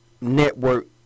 network